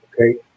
Okay